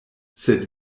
sed